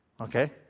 Okay